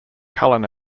cullen